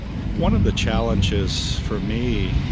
one of the challenges for me,